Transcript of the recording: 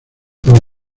para